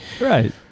Right